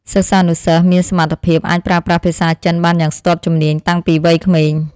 សិស្សានុសិស្សមានសមត្ថភាពអាចប្រើប្រាស់ភាសាចិនបានយ៉ាងស្ទាត់ជំនាញតាំងពីវ័យក្មេង។